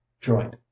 joint